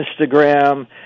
Instagram